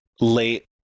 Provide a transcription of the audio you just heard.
late